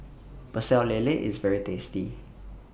Pecel Lele IS very tasty